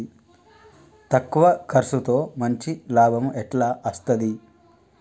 తక్కువ కర్సుతో మంచి లాభం ఎట్ల అస్తది?